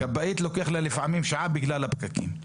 לפעמים לוקח שעה לכבאית בגלל הפקקים.